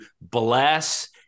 bless